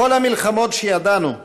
בכל המלחמות שידענו,